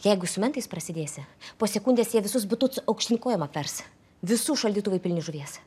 jeigu su mentais prasidėsi po sekundės jie visus butus aukštyn kojom apvers visų šaldytuvai pilni žuvies